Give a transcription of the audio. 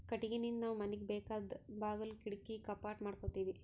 ಕಟ್ಟಿಗಿನಿಂದ್ ನಾವ್ ಮನಿಗ್ ಬೇಕಾದ್ ಬಾಗುಲ್ ಕಿಡಕಿ ಕಪಾಟ್ ಮಾಡಕೋತೀವಿ